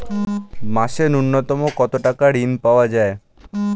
মাসে নূন্যতম কত টাকা ঋণ পাওয়া য়ায়?